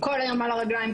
כל היום על הרגליים,